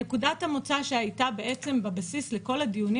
נקודת המוצא שהייתה בעצם בבסיס לכל הדיונים